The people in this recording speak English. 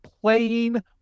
playing